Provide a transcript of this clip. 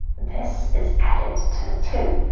this is added to the two,